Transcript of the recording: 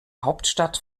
hauptstadt